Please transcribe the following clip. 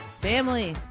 family